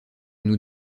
nous